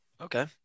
Okay